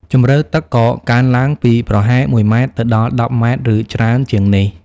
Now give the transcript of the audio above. ជម្រៅទឹកក៏កើនឡើងពីប្រហែល ១ ម៉ែត្រ ទៅដល់ ១០ ម៉ែត្រ ឬច្រើនជាងនេះ។